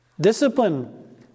Discipline